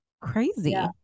crazy